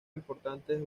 importantes